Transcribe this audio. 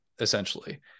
essentially